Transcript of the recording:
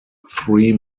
three